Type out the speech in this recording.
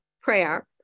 prayer